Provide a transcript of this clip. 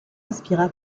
inspira